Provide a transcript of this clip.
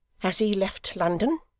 has he left london